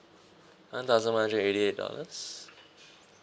one thousand one hundred eighty eight dollars